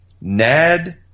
Nad